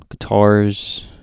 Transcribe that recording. Guitars